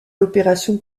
l’opération